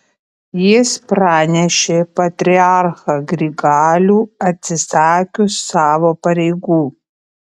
jis pranešė patriarchą grigalių atsisakius savo pareigų